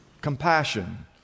Compassion